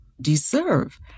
deserve